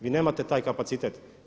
Vi nemate taj kapacitet.